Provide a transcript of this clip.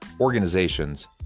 organizations